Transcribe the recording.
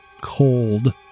cold